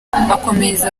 akomeza